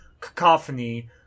Cacophony